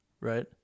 right